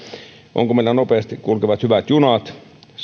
onko meillä nopeasti kulkevat hyvät junat